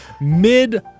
mid